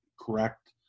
correct